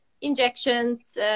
injections